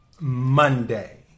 Monday